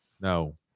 No